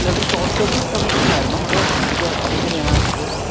അല്ല അത് short service commission ആയിരുന്നോ അതോ ഇത് എങ്ങനെയാ അത്